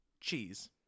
Cheese